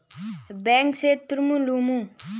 Bank से ऋण लुमू?